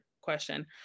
question